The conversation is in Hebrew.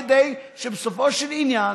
כדי שבסופו של עניין